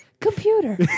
computer